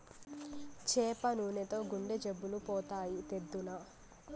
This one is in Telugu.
చేప నూనెతో గుండె జబ్బులు పోతాయి, తెద్దునా